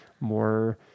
more